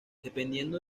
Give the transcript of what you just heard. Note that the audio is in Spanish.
dependiendo